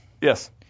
Yes